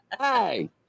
Hey